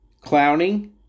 Clowning